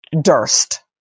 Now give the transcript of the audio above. Durst